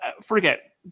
forget